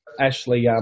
Ashley